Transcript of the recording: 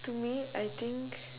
to me I think